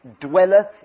dwelleth